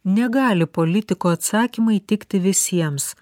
negali politiko atsakymai įtikti visiems